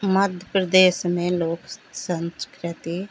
मध्य प्रदेश में लोक संस्कृति